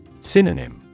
Synonym